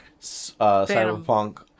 Cyberpunk